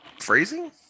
Phrasing